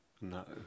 No